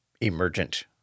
emergent